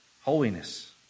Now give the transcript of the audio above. holiness